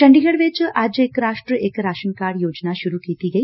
ਚੰਡੀਗੜ੍ ਚ ਅੱਜ ਇਕ ਰਾਸ਼ਟਰ ਇਕ ਰਾਸ਼ਨ ਕਾਰਡ ਯੋਜਨਾ ਸ਼ੂਰੂ ਕੀਤੀ ਗਈ